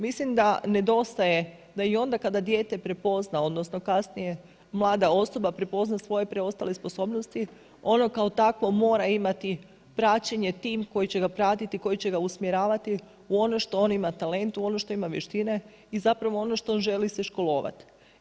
Mislim da nedostaje, da i onda kada dijete prepozna, odnosno kasnije mlada osoba prepozna svoje preostale sposobnosti ono kao takvo mora imati praćenje, tim koji će ga pratiti, koji će ga usmjeravati u ono što on ima talent, u ono što ima vještine i zapravo ono što želi se školovati.